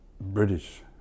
British